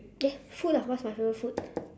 eh food ah what's my favourite food